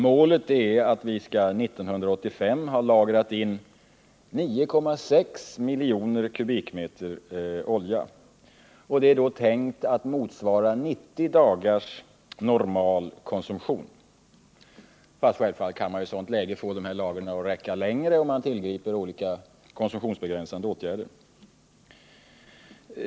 Målet är att vi 1985 skall ha lagrat in 9,6 miljoner kubikmeter olja, och det är tänkt att motsvara 90 dagars normal konsumtion. Självfallet kan man i ett sådant läge få lagren att räcka längre, om man tillgriper olika konsumtionsbegränsande åtgärder.